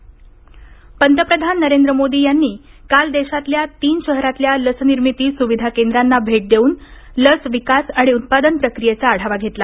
पंतप्रधान पंतप्रधान नरेंद्र मोदी यांनी काल देशातल्या तीन शहरातल्या लसनिर्मिती सुविधा केंद्रांना भेट देऊन लस विकास आणि उत्पादन प्रक्रियेचा आढावा घेतला